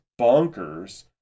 bonkers